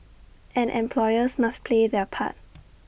and employers must play their part